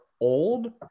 old